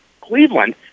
Cleveland